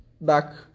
back